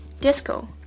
disco